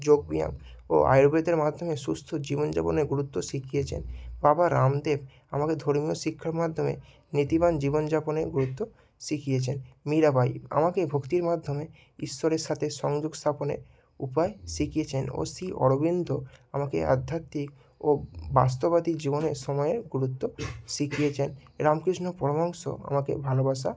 যোগব্যায়াম ও আয়ুর্বেদের মাধ্যমে সুস্থ জীবনযাপনের গুরুত্ব শিখিয়েছেন বাবা রামদেব আমাকে ধর্মীয় শিক্ষার মাধ্যমে নীতিবান জীবনযাপনের গুরুত্ব শিখিয়েছেন মীরাবাঈ আমাকে ভক্তির মাধ্যমে ঈশ্বরের সাথে সংযোগ স্থাপনের উপায় শিখিয়েছেন ও শ্রী অরবিন্দ আমাকে আধ্যাত্মিক ও বাস্তববাদী জীবনে সময়ের গুরুত্ব শিখিয়েছেন রামকৃষ্ণ পরমহংস আমাকে ভালোবাসা